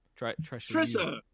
Trisha